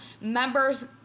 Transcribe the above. members